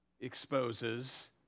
exposes